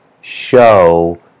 show